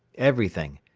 everything,